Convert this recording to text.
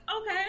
okay